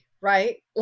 right